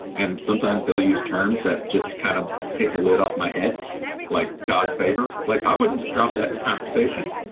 and sometimes they'll use terms that just kind of take the lid off my head like gods favor. like i wouldn't just drop that in conversation.